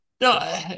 no